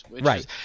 right